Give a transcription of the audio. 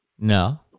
No